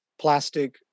plastic